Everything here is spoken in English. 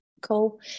cool